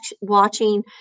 watching